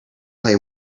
play